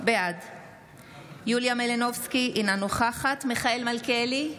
בעד יוליה מלינובסקי, אינה נוכחת מיכאל מלכיאלי,